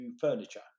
furniture